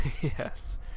Yes